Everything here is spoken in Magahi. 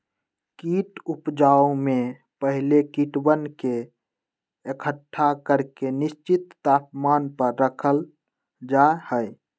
कीट उपजाऊ में पहले कीटवन के एकट्ठा करके निश्चित तापमान पर रखल जा हई